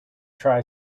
try